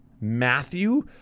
matthew